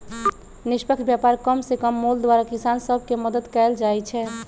निष्पक्ष व्यापार कम से कम मोल द्वारा किसान सभ के मदद कयल जाइ छै